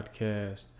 Podcast